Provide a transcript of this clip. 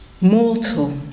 mortal